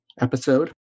episode